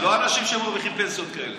זה לא אנשים שמרוויחים פנסיות כאלה.